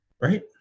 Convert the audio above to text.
right